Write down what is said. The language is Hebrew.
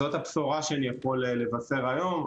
זאת הבשורה שאני יכול לבשר היום.